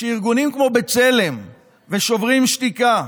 כשארגונים כמו בצלם ושוברים שתיקה,